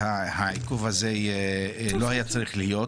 העיכוב הזה לא היה צריך להיות,